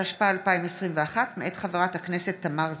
התשפ"א 2021, מאת חברת הכנסת תמר זנדברג,